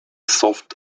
soft